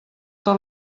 tot